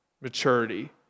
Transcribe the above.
maturity